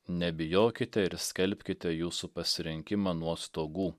nebijokite ir skelbkite jūsų pasirinkimą nuo stogų